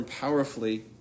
powerfully